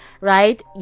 right